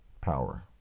power